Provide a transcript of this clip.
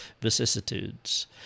vicissitudes